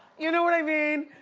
you know what i mean?